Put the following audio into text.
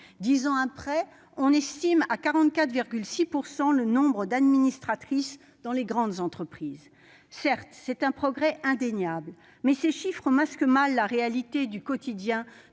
Dix ans après, on estime à 44,6 % la proportion d'administratrices dans les grandes entreprises. Certes, c'est un progrès indéniable, mais ces chiffres masquent mal la réalité du quotidien